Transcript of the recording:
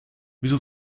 wieso